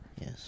Yes